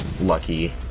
Lucky